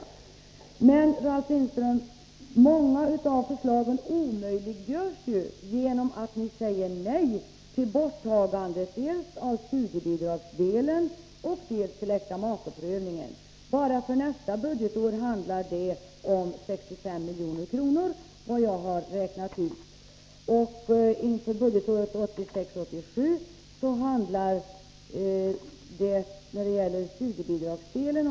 Men, Ralf Lindström, många av förslagen omöjliggörs ju genom att ni säger nej till borttagande dels av studiebidragsdelen, dels av äktamakeprövningen. Bara för nästa budgetår handlar det om 65 milj.kr., enligt vad jag räknat ut, och för budgetåret 1986/87 rör det sig om ca 90 milj.kr. när det gäller studiebidragsdelen.